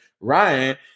Ryan